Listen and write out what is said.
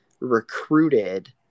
recruited